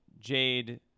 Jade